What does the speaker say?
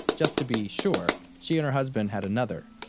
just to be sure, she and her husband had another,